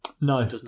No